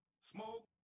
Smoke